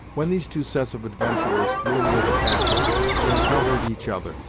when these two sets of adventurers drew near the castle they encountered each other,